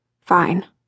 Fine